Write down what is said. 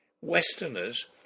Westerners